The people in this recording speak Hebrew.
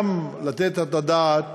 לתת את הדעת